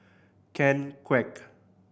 Ken Kwek